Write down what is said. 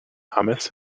hummus